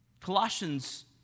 Colossians